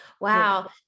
Wow